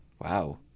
wow